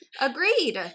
Agreed